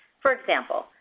for example,